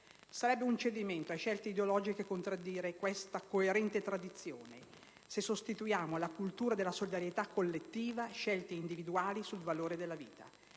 Sarebbe un cedimento a scelte ideologiche contraddire questa coerente tradizione, se sostituissimo alla cultura della solidarietà collettiva scelte individuali sul valore della vita.